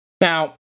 Now